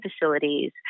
facilities